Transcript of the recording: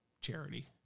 Charity